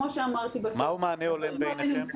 מהו מענה הולם בעיניכם?